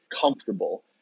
comfortable